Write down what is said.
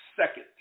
second